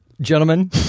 gentlemen